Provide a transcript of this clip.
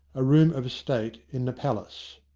a room of state in the palace.